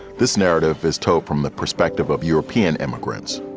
this narrative is told from the perspective of european immigrants,